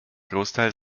großteil